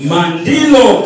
Mandilo